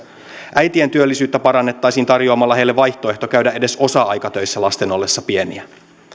äitien työllisyyttä parannettaisiin tarjoamalla heille vaihtoehto käydä edes osa aikatöissä lasten ollessa pieniä